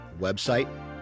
website